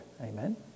Amen